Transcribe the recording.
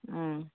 হুম